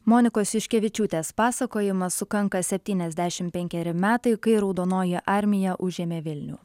monikos juškevičiūtės pasakojimas sukanka septyniasdešim penkeri metai kai raudonoji armija užėmė vilnių